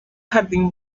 jardín